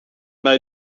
mij